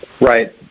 Right